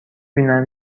بینن